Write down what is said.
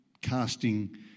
casting